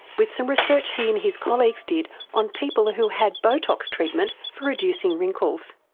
with some research he and his colleagues did on people who had botox treatment for reducing wrinkles.